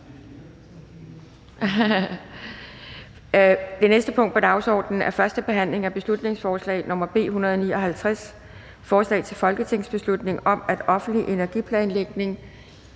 Det næste punkt på dagsordenen er: 5) 1. behandling af beslutningsforslag nr. B 175: Forslag til folketingsbeslutning om at gøre permanent